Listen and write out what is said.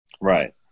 Right